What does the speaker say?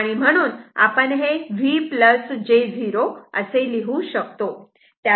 म्हणून आपण V j 0 असे लिहू शकतो